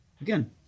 Again